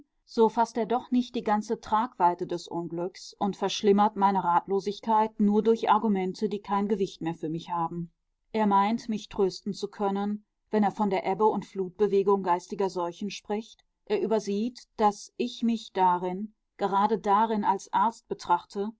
so faßt er doch nicht die ganze tragweite des unglücks und verschlimmert meine ratlosigkeit nur durch argumente die kein gewicht mehr für mich haben er meint mich trösten zu können wenn er von der ebbe und flutbewegung geistiger seuchen spricht er übersieht daß ich mich darin gerade darin als arzt betrachte